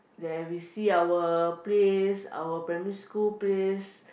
there we see our place our primary school place